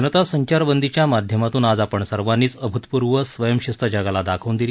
जनता संचारबंदीच्या माध्यमातून आज आपण सर्वांनीच अभुतपूर्व स्वयंम शिस्त जगाला दाखवून दिली